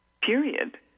period